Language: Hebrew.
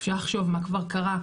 אפשר לחשוב מה כבר קרה?